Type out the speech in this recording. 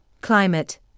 climate